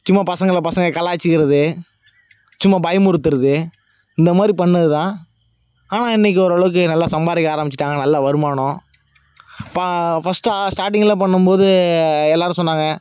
சும்மா பசங்களை பசங்கள் கலாயிச்சிக்கிறது சும்மா பயமுறுத்தறது இந்த மாதிரி பண்ணிணதுதான் ஆனால் இன்றைக்கி ஓரளவுக்கு நல்லா சம்பாதிக்க ஆரம்பித்திட்டாங்க நல்ல வருமானம் ஃபஸ்ட்டு ஸ்டாட்டிங்கில் பண்ணும்போது எல்லோரும் சொன்னாங்க